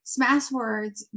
Smashwords